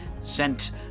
sent